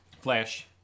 Flash